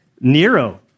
Nero